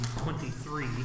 twenty-three